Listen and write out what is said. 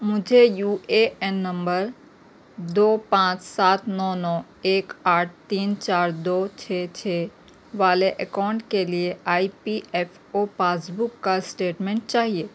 مجھے U A N number دو پانچ سات نو نو ایک آٹھ تین چار دو چھ چھ والے اکاؤنٹ کے لیے I P F O passbook کا سٹیٹمنٹ چاہیے